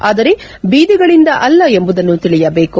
ಆದರೆ ಬೀದಿಗಳಿಂದ ಅಲ್ಲ ಎಂಬುದನ್ನು ತಿಳಿಯಬೇಕು